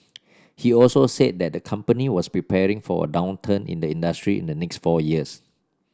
he also said that the company was preparing for a downturn in the industry in the next four years